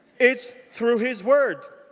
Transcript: it's through his word.